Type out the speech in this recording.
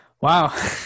Wow